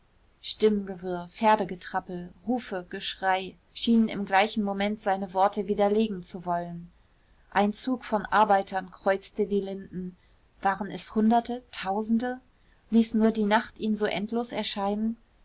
stimmengewirr pferdegetrappel rufe geschrei schienen im gleichen moment seine worte widerlegen zu wollen ein zug von arbeitern kreuzte die linden waren es hunderte tausende ließ nur die nacht ihn so endlos erscheinen